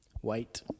White